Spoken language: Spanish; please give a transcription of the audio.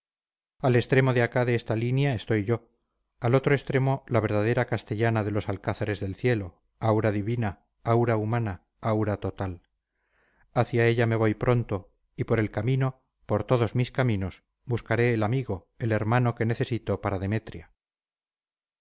al extremo de acá de esta línea estoy yo al otro extremo la verdadera castellana de los alcázares del cielo aura divina aura humana aura total hacia ella me voy pronto y por el camino por todos mis caminos buscaré el amigo el hermano que necesito para demetria